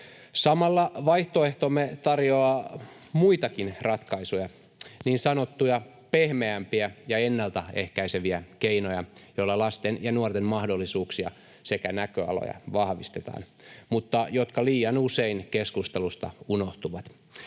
Samalla vaihtoehtomme tarjoaa muitakin ratkaisuja, niin sanottuja pehmeämpiä ja ennalta ehkäiseviä keinoja, joilla lasten ja nuorten mahdollisuuksia sekä näköaloja vahvistetaan mutta jotka liian usein keskustelusta unohtuvat.